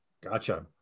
Gotcha